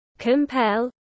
compel